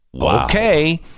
Okay